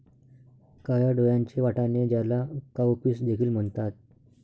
काळ्या डोळ्यांचे वाटाणे, ज्याला काउपीस देखील म्हणतात